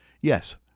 Yes